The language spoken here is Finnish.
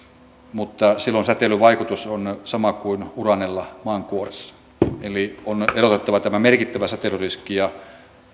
mutta silloin säteilyn vaikutus on sama kuin uraanilla maankuoressa eli on erotettava tämä merkittävä säteilyriski ja